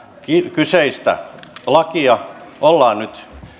kyseistä lakia olemme nyt